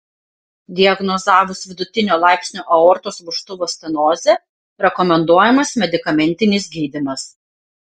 diagnozavus vidutinio laipsnio aortos vožtuvo stenozę rekomenduojamas medikamentinis gydymas